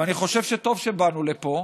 ואני חושב שטוב שבאנו לפה,